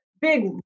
big